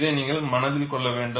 இதை நீங்கள் மனதில் கொள்ள வேண்டும்